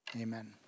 amen